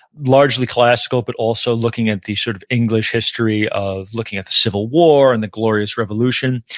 largely classical but also looking at the sort of english history of looking at the civil war and the glorious revolution,